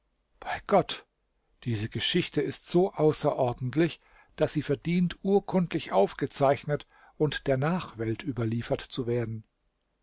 bei gott diese geschichte ist so außerordentlich daß sie verdient urkundlich aufgezeichnet und der nachwelt überliefert zu werden